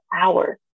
hours